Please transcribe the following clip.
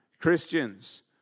Christians